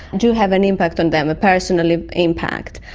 do have an impact on them, a personal impact.